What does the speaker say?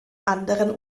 anderen